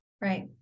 right